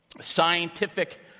scientific